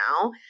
now